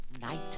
night